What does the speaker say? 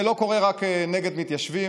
זה לא קורה רק נגד מתיישבים,